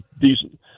decent